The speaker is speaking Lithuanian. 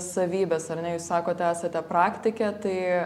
savybės ar ne jūs sakote esate praktikė tai